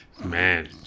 Man